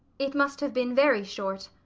it must have been very short.